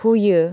हुयो